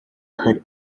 put